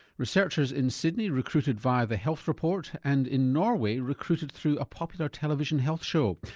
researchers in sydney recruited via the health report and in norway recruited through a popular television health show.